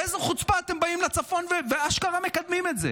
באיזו חוצפה אתם באים לצפון ואשכרה מקדמים את זה?